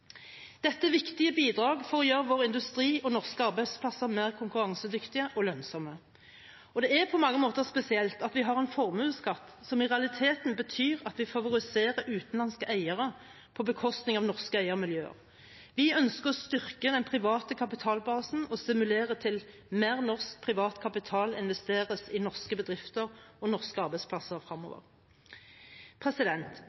Dette er viktige bidrag for å gjøre vår industri og norske arbeidsplasser mer konkurransedyktige og lønnsomme. Det er på mange måter spesielt at vi har en formuesskatt som i realiteten betyr at vi favoriserer utenlandske eiere på bekostning av norske eiermiljøer. Vi ønsker å styrke den private kapitalbasen og stimulere til at mer norsk, privat kapital investeres i norske bedrifter og norske arbeidsplasser